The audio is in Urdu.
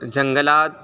جنگلات